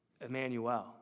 Emmanuel